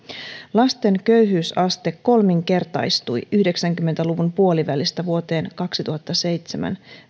lasten köyhyysaste kolminkertaistui yhdeksänkymmentä luvun puolivälistä vuoteen kaksituhattaseitsemän